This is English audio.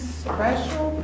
special